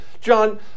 john